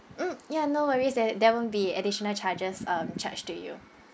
mm ya no worries there there won't be additional charges um charged to you